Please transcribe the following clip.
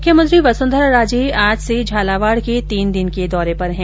मुख्यमंत्री वसुंधरा राजे आज से झालावाड के तीन दिन के दौरे पर है